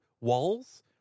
walls